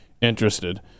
interested